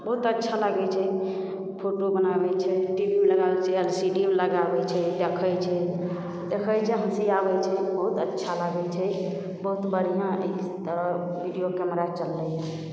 बहुत अच्छा लागै छै फोटो बनाबै छै टी वी मे लगाबै छै एल सी डी मे लगाबै छै देखै छै देखै छै हँसी आबै छै बहुत अच्छा लागै छै बहुत बढ़िआँ ई तऽ वीडिओ कैमरा चललै यऽ